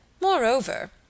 Moreover